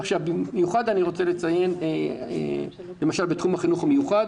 במיוחד אני רוצה לציין, למשל בתחום החינוך המיוחד,